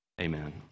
Amen